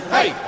Hey